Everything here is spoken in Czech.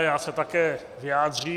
Já se také vyjádřím.